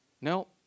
No